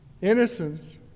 Innocence